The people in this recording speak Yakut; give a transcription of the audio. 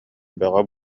бөҕө